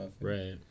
Right